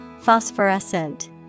Phosphorescent